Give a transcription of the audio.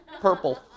purple